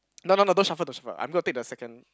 no no no don't shuffle don't shuffle I'm gonna take the second